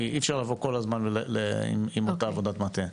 אי אפשר לבוא כל הזמן עם אותה עבודת מטה.